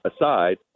aside